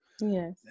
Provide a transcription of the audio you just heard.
yes